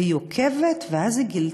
והיא עוקבת, ואז היא גילתה